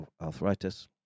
arthritis